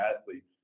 athletes